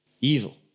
Evil